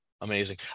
amazing